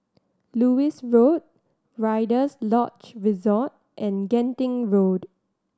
Lewis Road Rider's Lodge Resort and Genting Road